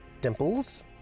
Dimples